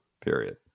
Period